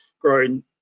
growing